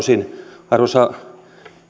tältä osin arvoisa